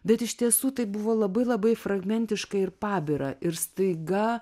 bet iš tiesų tai buvo labai labai fragmentiškai ir pabira ir staiga